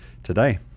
today